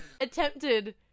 attempted